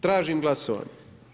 Tražim glasovanje.